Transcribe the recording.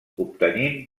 obtenint